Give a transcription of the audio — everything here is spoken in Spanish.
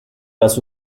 las